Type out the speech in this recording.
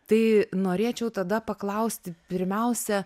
tai norėčiau tada paklausti pirmiausia